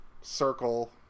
circle